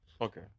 Okay